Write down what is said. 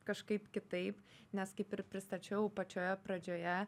kažkaip kitaip nes kaip ir pristačiau pačioje pradžioje